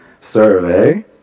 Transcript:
survey